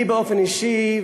אני באופן אישי,